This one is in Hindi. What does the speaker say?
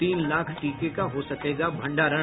तीन लाख टीके का हो सकेगा भंडारण